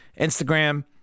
Instagram